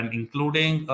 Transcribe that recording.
including